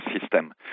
system